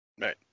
Right